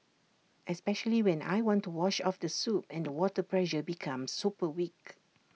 especially when I want to wash off the soap and the water pressure becomes super weak